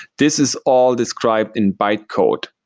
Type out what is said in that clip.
this is all described in byte code.